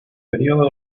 periodo